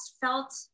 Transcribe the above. felt